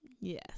Yes